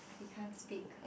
he can't speak